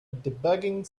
debugging